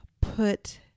put